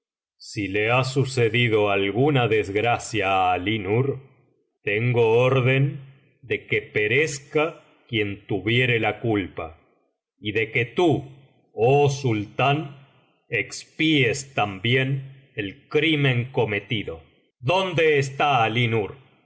si le ha sucedido alguna des biblioteca valenciana generalitat valenciana las mil noches y una noche gracia á alí nur tengo orden de que perezca quien tuviere la culpa y de que tú oh sultán expíes también el crimen cometido dónde está